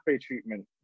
treatment